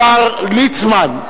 השר ליצמן.